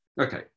okay